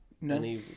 no